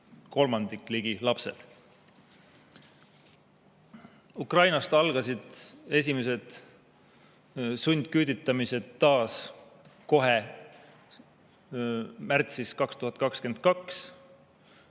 kolmandik olid lapsed. Ukrainast algasid esimesed sundküüditamised taas kohe märtsis 2022.